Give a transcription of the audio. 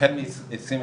החל מ-2022,